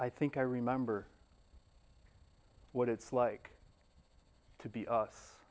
i think i remember what it's like to be